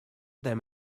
them